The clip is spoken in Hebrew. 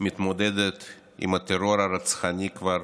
מתמודדת עם הטרור הרצחני כבר